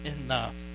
enough